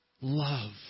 love